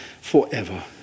forever